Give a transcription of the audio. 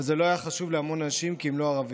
אבל זה לא היה חשוב להמון אנשים כי הם לא ערבים.